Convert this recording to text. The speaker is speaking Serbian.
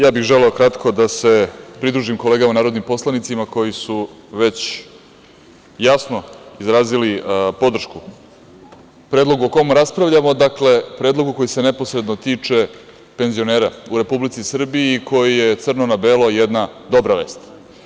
Ja bih želeo kratko da se pridružim kolegama narodnim poslanicima koji su već jasno izrazili podršku predlogu o kojem raspravljamo, predlogu koji se neposredno tiče penzionera u Republici Srbiji, koji je crno na belo jedna dobra vest.